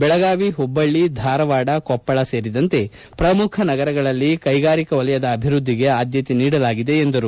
ಬೆಳಗಾವಿ ಹುಬ್ಬಳ್ಳಿ ಧಾರವಾಡ ಕೊಪ್ಪಳ ಸೇರಿದಂತೆ ಪ್ರಮುಖ ನಗರಗಳಲ್ಲಿ ಕೈಗಾರಿಕಾ ಕ್ಷೇತ್ರದ ಅಭಿವೃದ್ಧಿಗೆ ಆದ್ದತೆ ನೀಡಲಾಗಿದೆ ಎಂದರು